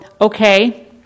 okay